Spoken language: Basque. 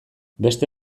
beste